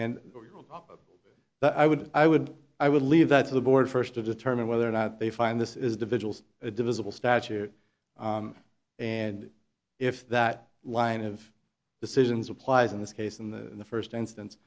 that i would i would i would leave that to the board first to determine whether or not they find this is the vigils a divisible statute and if that line of decisions applies in this case in the first instance